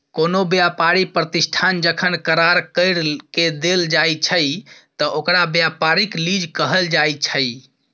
कोनो व्यापारी प्रतिष्ठान जखन करार कइर के देल जाइ छइ त ओकरा व्यापारिक लीज कहल जाइ छइ